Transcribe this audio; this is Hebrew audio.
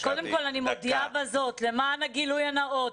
קודם כל אני מודיעה בזאת למען הגילוי הנאות,